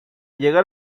llegar